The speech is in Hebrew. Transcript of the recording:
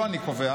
לא אני קובע,